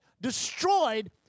destroyed